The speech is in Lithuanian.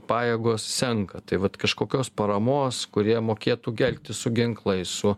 pajėgos senka tai vat kažkokios paramos kurie mokėtų elgtis su ginklais su